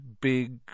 big